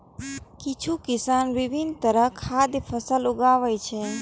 किछु किसान विभिन्न तरहक खाद्य फसल उगाबै छै